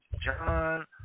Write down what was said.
John